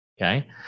Okay